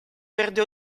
verde